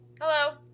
Hello